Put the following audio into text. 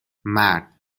مرد